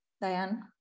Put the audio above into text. Diane